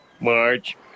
March